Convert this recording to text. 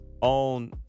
on